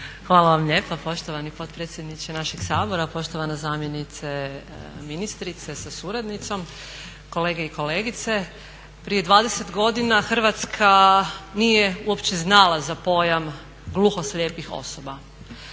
Hvala vam lijepa poštovani potpredsjedniče našeg Sabora, poštovana zamjenice ministrice sa suradnicom, kolege i kolegice. Prije 20 godina Hrvatska nije uopće znala za pojam gluhoslijepih osoba.